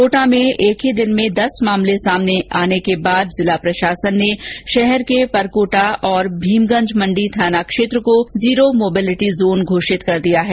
कोटा में एक ही दिन में दस मामले सामने आने के बाद जिला प्रशासन ने शहर के परकोटा और भीमगंज मण्डी थाना क्षेत्र को जीरो मोबेलिटी जोन घोषित कर दिया है